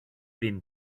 been